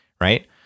right